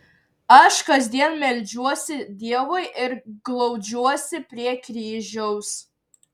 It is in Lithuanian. aš kasdien meldžiuosi dievui ir glaudžiuosi prie kryžiaus